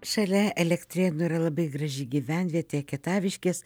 šalia elektrėnų yra labai graži gyvenvietė kietaviškės